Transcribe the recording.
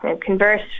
converse